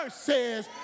says